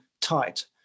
tight